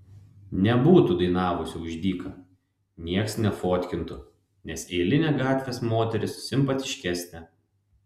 nebūtų dainavusi už dyką nieks nefotkintų nes eilinė gatvės moteris simpatiškesnė